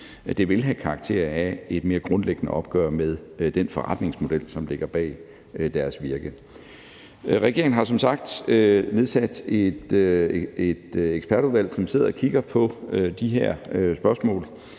EU, vil have karakter af et mere grundlæggende opgør med den forretningsmodel, som ligger bag deres virke. Regeringen har som sagt nedsat et ekspertudvalg, som sidder og kigger på de her spørgsmål,